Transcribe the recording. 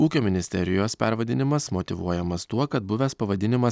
ūkio ministerijos pervadinimas motyvuojamas tuo kad buvęs pavadinimas